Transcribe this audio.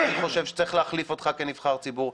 אני חושב שצריך להחליף אותך כנבחר ציבור.